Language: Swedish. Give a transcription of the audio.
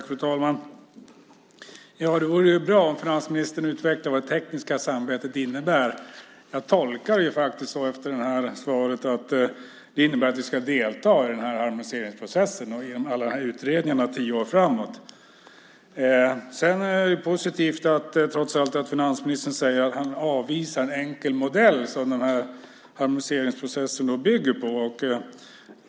Fru talman! Det vore bra om finansministern utvecklade vad det tekniska samarbetet innebär. Efter det här svaret tolkar jag det som att det innebär att vi ska delta i harmoniseringsprocessen och i alla utredningarna tio år framåt. Det är trots allt positivt att finansministern säger att han avvisar en enkel modell, som harmoniseringsprocessen bygger på.